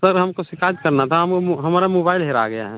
sir हमको शिकायत करना था हम हमारा मोबाईल गिरा गया है